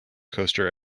coaster